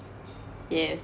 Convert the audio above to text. yes